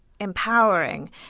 empowering